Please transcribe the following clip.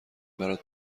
برات